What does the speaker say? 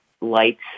lights